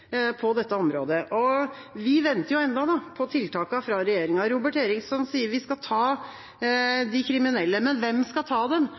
på dette området. Vi venter ennå på tiltakene fra regjeringa. Robert Eriksson sier at vi skal ta de kriminelle. Men hvem skal ta dem?